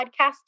podcast